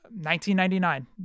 $19.99